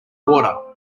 water